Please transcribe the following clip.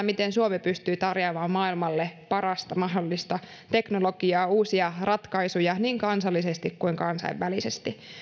miten suomi pystyy tarjoamaan maailmalle parasta mahdollista teknologiaa uusia ratkaisuja niin kansallisesti kuin kansainvälisesti